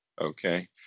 Okay